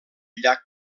llac